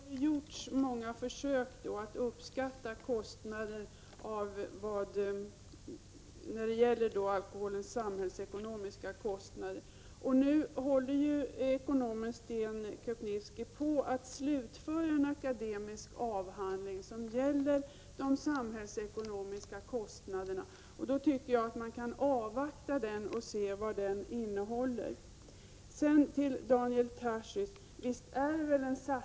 Herr talman! Till Ann-Cathrine Haglund vill jag säga att det har gjorts många försök att uppskatta alkoholbrukets samhällsekonomiska kostnader. Nu håller ju ekonomen Sten Köpniwsky på att slutföra en akademisk avhandling som gäller de samhällsekonomiska kostnaderna. Då tycker jag att man kan avvakta den och se vad den innehåller. Sedan vill jag säga till Daniel Tarschys att visst är det väl en satsning ochen = Prot.